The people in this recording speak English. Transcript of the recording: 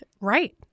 Right